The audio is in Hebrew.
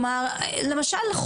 למשל,